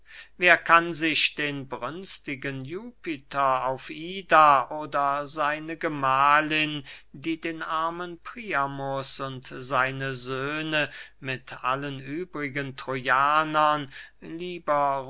wer kann sich den brünstigen jupiter auf ida oder seine gemahlin die den armen priamus und seine söhne mit allen übrigen trojanern lieber